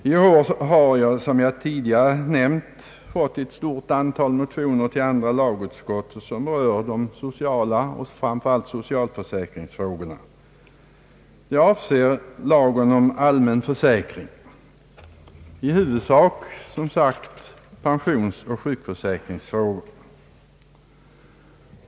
I år har vi, som jag tidigare har närunt, till andra lagutskottet fått ett stort antal motioner, som framför allt berör = socialförsäkringsfrågorna. Det gäller lagen om allmän försäkring och i huvudsak, som sagt, pensionsoch sjukförsäkringsfrågor.